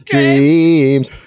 Dreams